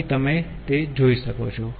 અહીં તમે તે જોઈ શકો છો